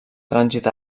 trànsit